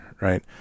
right